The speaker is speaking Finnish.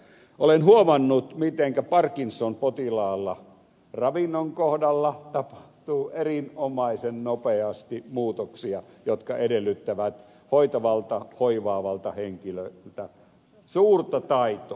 olen huomannut mitenkä parkinson potilaalla ravinnon kohdalla tapahtuu erinomaisen nopeasti muutoksia jotka edellyttävät hoitavalta hoivaavalta henkilöltä suurta taitoa